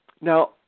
Now